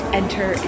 enter